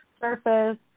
surface